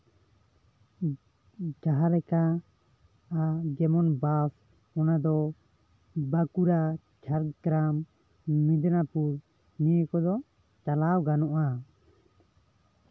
ᱡᱟᱦᱟᱸ ᱞᱮᱠᱟ ᱡᱮᱢᱚᱱ ᱵᱟᱥ ᱚᱱᱟ ᱫᱚ ᱵᱟᱸᱠᱩᱲᱟ ᱡᱷᱟᱲᱜᱨᱟᱢ ᱢᱮᱫᱽᱱᱟᱯᱩᱨ ᱱᱤᱭᱟᱹ ᱠᱚᱫᱚ ᱪᱟᱞᱟᱣ ᱜᱟᱱᱚᱜᱼᱟ